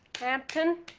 hampton?